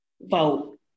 vote